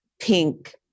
pink